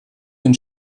den